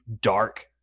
dark